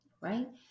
right